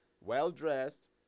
well-dressed